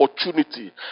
opportunity